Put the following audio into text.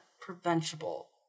preventable